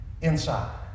inside